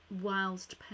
whilst